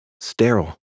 sterile